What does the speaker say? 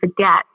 forget